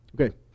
Okay